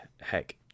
heck